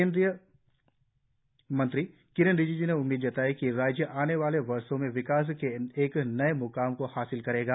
केंद्रीय मंत्री किरेन रिजिजू ने उम्मीद जताई है कि राज्य आने वाले वर्षों में विकास के एक नए म्काम को हासिल करेगा